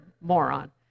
moron